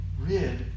rid